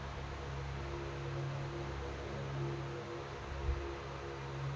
ಪಾಲಿಸಿದು ಕಂತಿನ ರೊಕ್ಕ ಟೈಮಿಗ್ ಸರಿಗೆ ಕಟ್ಟಿಲ್ರಿ ನಮ್ ಪಾಲಿಸಿ ಇರ್ತದ ಏನ್ರಿ?